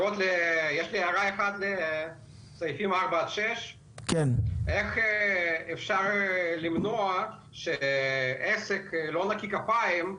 יש לי הערה אחת לסעיפים 4 עד 6. איך אפשר למנוע שעסק לא נקי כפיים,